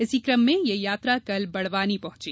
इसी क्रम में यह यात्रा कल बड़वानी जिले पहंची